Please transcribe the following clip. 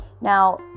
now